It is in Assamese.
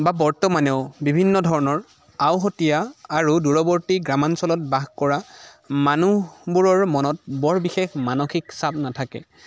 বা বৰ্তমানেও বিভিন্ন ধৰণৰ আওহতীয়া আৰু দূৰৱৰ্তী গ্ৰাম্যাঞ্চলত বাস কৰা মানুহবোৰৰ মনত বৰ বিশেষ মানসিক চাপ নাথাকে